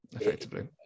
effectively